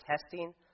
testing